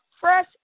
fresh